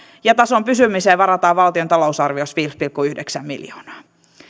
ja tason pysymiseen varataan valtion talousarviossa viisi pilkku yhdeksän miljoonaa